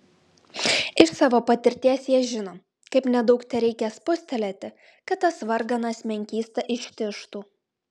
iš savo patirties jie žino kaip nedaug tereikia spustelėti kad tas varganas menkysta ištižtų